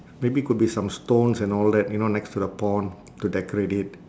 maybe could be some stones and all that you know next to the pond to decorate it